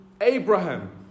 Abraham